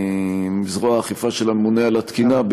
זרוע האכיפה של הממונה על התקינה,